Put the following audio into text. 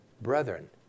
Brethren